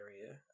area